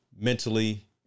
mentally